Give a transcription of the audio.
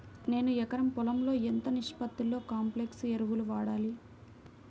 నేను ఎకరం పొలంలో ఎంత నిష్పత్తిలో కాంప్లెక్స్ ఎరువులను వాడాలి?